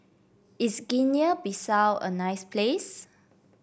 is Guinea Bissau a nice place